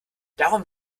darum